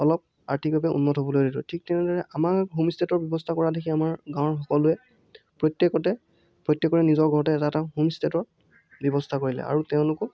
অলপ আৰ্থিকভাৱে উন্নত হ'বলৈ ধৰিলোঁ ঠিক তেনেদৰে আমাৰ হোমষ্টেৰ ব্যৱস্থা কৰা দেখি আমাৰ গাঁৱৰ সকলোৱে প্ৰত্যেকতে প্ৰত্যেকৰে নিজৰ ঘৰতে এটা এটা হোমষ্টেৰ ব্যৱস্থা কৰিলে আৰু তেওঁলোকো